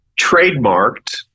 trademarked